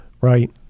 Right